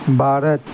Bharat